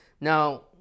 now